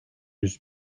yüz